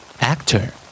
actor